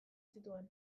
zituen